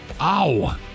ow